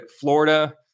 Florida